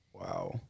Wow